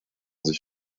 sich